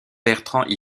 bertrand